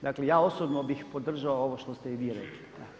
Dakle, ja osobno bih podržao ovo što ste i vi rekli.